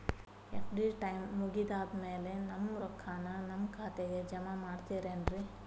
FD time ಮುಗಿದಾದ್ ಮ್ಯಾಲೆ ನಮ್ ರೊಕ್ಕಾನ ನಮ್ ಖಾತೆಗೆ ಜಮಾ ಮಾಡ್ತೇರೆನ್ರಿ?